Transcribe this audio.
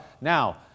Now